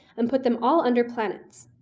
and put them all under planets.